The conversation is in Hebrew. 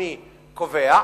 הבין-לאומי קובע,